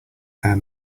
there